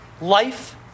life